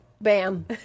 Bam